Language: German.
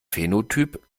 phänotyp